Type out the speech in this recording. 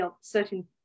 certain